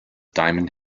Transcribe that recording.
diamond